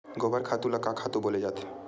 गोबर खातु ल का खातु बोले जाथे?